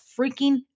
freaking